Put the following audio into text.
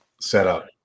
setup